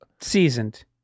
seasoned